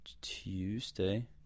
Tuesday